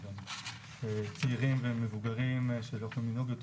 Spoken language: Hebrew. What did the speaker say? וגם צעירים ומבוגרים שלא יכולים לנהוג יותר